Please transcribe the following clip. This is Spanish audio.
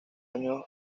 años